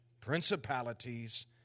principalities